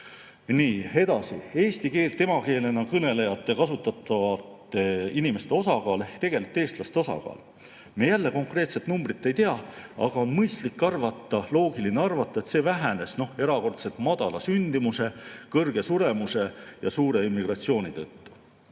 Nii, edasi. Eesti keelt emakeelena kõnelevate, kasutavate inimeste osakaal ehk tegelikult eestlaste osakaal. Me jälle konkreetset numbrit ei tea, aga on mõistlik arvata, loogiline arvata, et see vähenes erakordselt madala sündimuse, kõrge suremuse ja suure immigratsiooni tõttu.